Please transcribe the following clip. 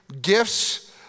gifts